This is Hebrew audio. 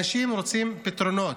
אנשים רוצים פתרונות.